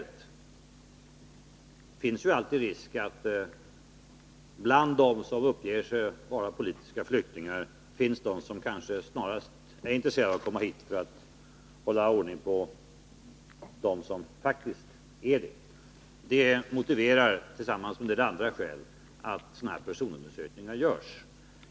Det finns ju alltid en risk att det bland dem som uppger sig vara politiska flyktingar finns människor som snarast är intresserade av att komma hit för att hålla ordning på dem som faktiskt är politiska flyktingar. Detta och en del andra skäl motiverar att personundersökningar görs.